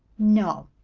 no.